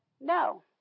No